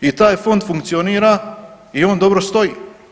I taj fond funkcionira i on dobro stoji.